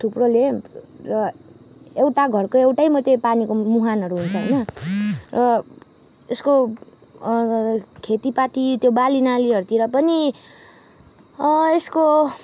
थुप्रोले र एउटा घरको एउटै मात्रै पानीको मुहानहरू हुन्छ होइन र यसको खेतीपाती त्यो बालीनालीहरूतिर पनि यसको